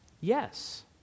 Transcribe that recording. Yes